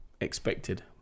expected